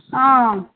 ஆ